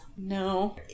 No